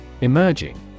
Emerging